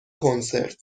کنسرت